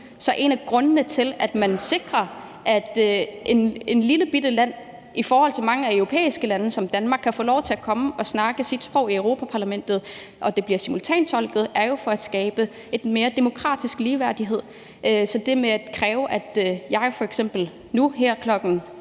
er en af grundene til, at man sikrer, at et lillebitte land som Danmark i forhold til mange af de europæiske lande kan få lov til at komme og snakke sit sprog i Europa-Parlamentet, og at det bliver simultantolket, at der skabes en mere demokratisk ligeværdighed. Så det med at kræve, at jeg f.eks. nu her klokken